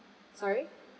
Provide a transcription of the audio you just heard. sorry